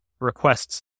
requests